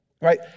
right